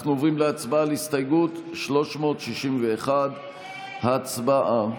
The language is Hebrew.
אנחנו עוברים להצבעה על הסתייגות 361. הצבעה.